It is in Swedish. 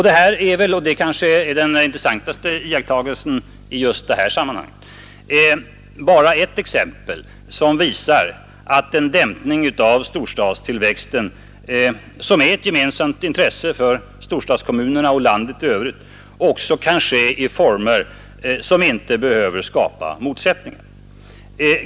Att välja decentralisering till länsorgan och kommuner i stället för utflyttning av hela ämbetsverk är också ett exempel på hur den dämpning av storstadstillväxten, som är ett gemensamt intresse för storstadskommunerna och landet i övrigt, kan också ske under former som inte behöver skapa motsättningar.